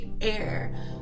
air